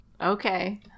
Okay